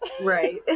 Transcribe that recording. Right